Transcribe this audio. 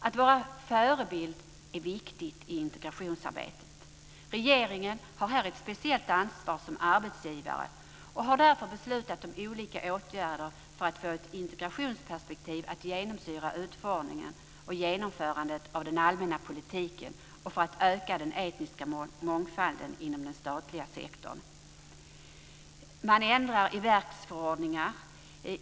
Att vara förebild är viktigt i Integrationsarbetet. Regeringen har här ett speciellt ansvar som arbetsgivare och har därför beslutat om olika åtgärder för att få ett integrationsperspektiv att genomsyra utformningen och genomförandet av den allmänna politiken och för att öka den etniska mångfalden inom den statliga sektorn. Man ändrar i verksförordningar.